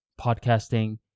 podcasting